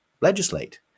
legislate